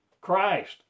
Christ